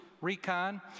recon